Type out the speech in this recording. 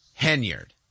Henyard